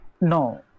No